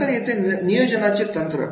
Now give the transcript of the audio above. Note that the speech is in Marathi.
नंतर येते नियोजनाचे तंत्र